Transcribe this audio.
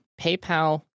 PayPal